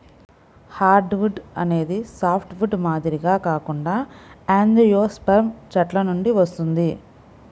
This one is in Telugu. హార్డ్వుడ్ అనేది సాఫ్ట్వుడ్ మాదిరిగా కాకుండా యాంజియోస్పెర్మ్ చెట్ల నుండి వస్తుంది